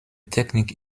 technique